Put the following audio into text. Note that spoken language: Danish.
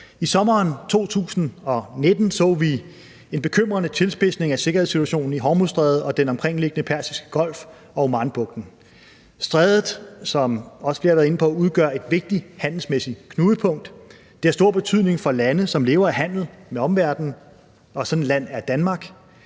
I sommeren 2019 så vi en bekymrende tilspidsning af sikkerhedssituationen i Hormuzstrædet og den omkringliggende Persiske Golf og Omanbugten. Strædet udgør, som vi også har været inde på, et vigtigt handelsmæssigt knudepunkt. Det har stor betydning for lande, som lever af handel med omverdenen, og sådan et land er Danmark.